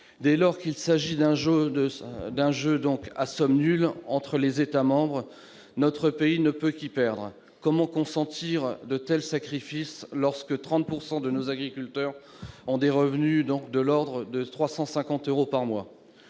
Dès lors qu'il s'agit d'un jeu à somme nulle entre les États membres, notre pays ne peut qu'y perdre. Comment consentir de tels sacrifices lorsque 30 % de nos agriculteurs ont des revenus de l'ordre de 350 euros par mois ?